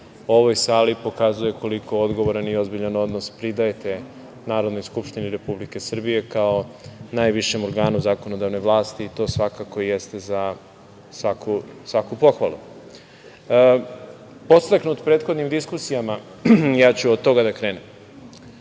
ovoj sali pokazuje koliko odgovoran i ozbiljan odnos pridajete Narodnoj skupštini Republike Srbije kao najvišem organu zakonodavne vlasti i to svakako jeste za svaku pohvalu. Podstaknut prethodnim diskusijama, ja ću od toga da krenem.